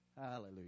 Hallelujah